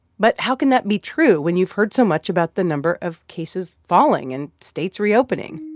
but how can that be true when you've heard so much about the number of cases falling and states reopening?